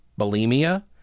bulimia